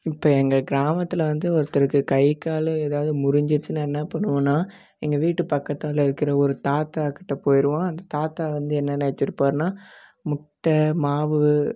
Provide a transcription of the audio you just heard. இப்போ எங்கள் கிராமத்தில் வந்து ஒருத்தருக்கு கை கால் எதாவது முறிஞ்சிருச்சினால் என்ன பண்ணுவோன்னால் எங்கள் வீட்டு பக்கத்தில் இருக்கிற ஒரு தாத்தாக்கிட்டே போயிடுவோம் அந்த தாத்தா வந்து என்னென்ன வச்சிருப்பாருன்னால் முட்டை மாவு